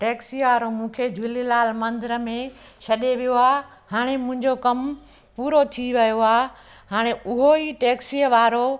taxi वारो मूंखे झूलेलाल मंदिर में छॾे वियो आहे हाणे मुंहिंजो कम पूरो थी वियो आहे हाणे उहेई टैक्सीअ वारो